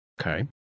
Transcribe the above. Okay